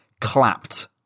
clapped